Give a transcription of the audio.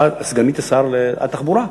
סגנית שר התחבורה.